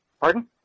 Pardon